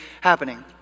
happening